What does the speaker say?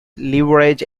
leverage